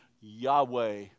Yahweh